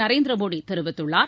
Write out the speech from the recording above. நரேந்திர மோடி தெரிவித்துள்ளார்